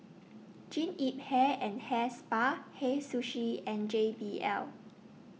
Jean Yip Hair and Hair Spa Hei Sushi and J B L